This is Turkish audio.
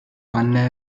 anne